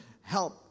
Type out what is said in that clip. help